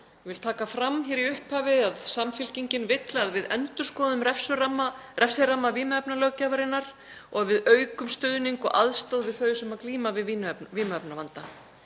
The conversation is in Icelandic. Ég vil taka fram í upphafi að Samfylkingin vill að við endurskoðum refsiramma vímuefnalöggjafarinnar og að við aukum stuðning og aðstoð við þau sem glíma við vímuefnavanda.